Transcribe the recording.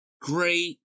great